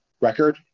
record